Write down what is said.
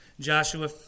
Joshua